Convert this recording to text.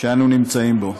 שאנו נמצאים בו.